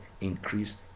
increase